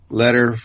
letter